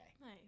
Nice